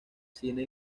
cine